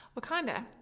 Wakanda